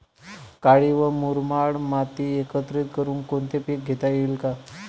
काळी व मुरमाड माती एकत्रित करुन कोणते पीक घेता येईल का?